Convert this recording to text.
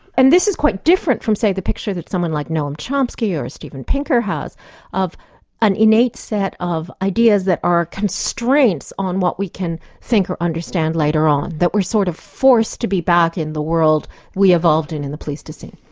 and this is quite different from, say, the picture that someone like noam chomsky or stephen pinker had of an innate set of ideas that are constraints on what we can think or understand later on, that we're sort of forced to be back in the world that we evolved in in the pleistocene.